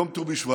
היום ט"ו בשבט,